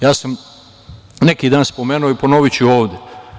Ja sam neki dan spomenuo i ponoviću ovde.